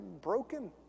broken